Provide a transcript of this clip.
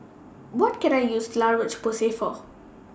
What Can I use La Roche Porsay For